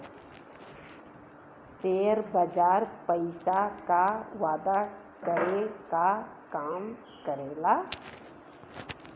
share बाजार पइसा क जादा करे क काम करेला